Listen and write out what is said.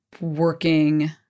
working